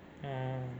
oh